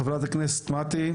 חברת הכנסת מטי,